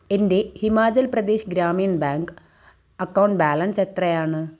എൻ്റെ Himachal Pradesh Gramin bank account balance എത്രയാണ്